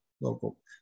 local